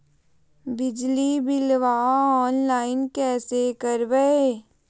बिजली बिलाबा ऑनलाइन कैसे करबै?